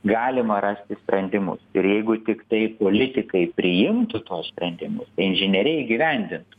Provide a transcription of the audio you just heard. galima rasti sprendimus ir jeigu tiktai politikai priimtų tuos sprendimus tai inžinieriai įgyvendintų